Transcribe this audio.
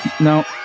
No